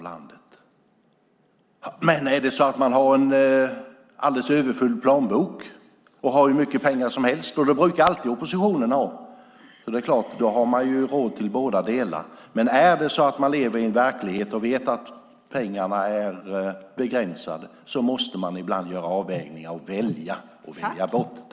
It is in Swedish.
Om man har en överfull plånbok och har hur mycket pengar som helst, och det brukar oppositionen alltid ha, är det klart att man har råd till bådadera, men om man lever i verkligheten och vet att pengarna är begränsade måste man ibland göra avvägningar och välja bort.